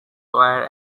were